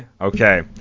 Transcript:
Okay